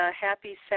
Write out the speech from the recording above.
happy